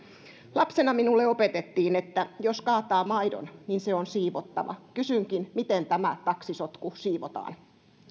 lapsena minulle opetettiin että jos kaataa maidon niin se on siivottava kysynkin miten tämä taksisotku siivotaan